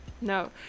no